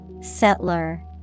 Settler